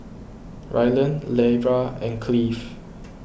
Rylan Lera and Cleave